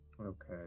Okay